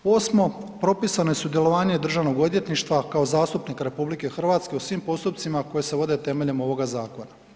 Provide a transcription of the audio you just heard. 8., propisano je sudjelovanje Državnog odvjetništva kao zastupnika RH u svim postupcima koji se vode temeljem ovog zakona.